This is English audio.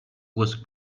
was